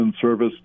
service